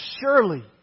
surely